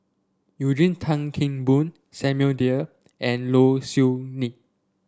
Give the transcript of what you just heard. Eugene Tan Kheng Boon Samuel Dyer and Low Siew Nghee